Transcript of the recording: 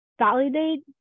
validate